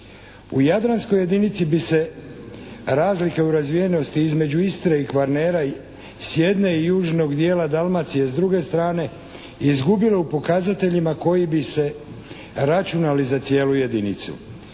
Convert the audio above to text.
U Jadranskoj jedinici bi se razlike u razvijenosti između Istre i Kvarnera s jedne i južnog djela Dalmacije s druge strane izgubilo u pokazateljima koji bi se računali za cijelu jedinicu.